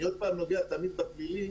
אני עוד פעם נוגע תמיד בפלילי